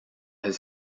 his